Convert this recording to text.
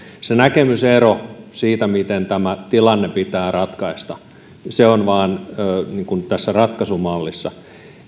se näkemysero siitä miten tämä tilanne pitää ratkaista on vain tässä ratkaisumallissa